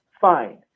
fine